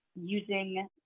using